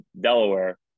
Delaware